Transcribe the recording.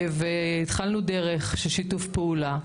התחלנו דרך של שיתוף פעולה.